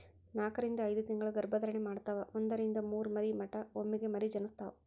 ನಾಕರಿಂದ ಐದತಿಂಗಳ ಗರ್ಭ ಧಾರಣೆ ಮಾಡತಾವ ಒಂದರಿಂದ ಮೂರ ಮರಿ ಮಟಾ ಒಮ್ಮೆಗೆ ಮರಿ ಜನಸ್ತಾವ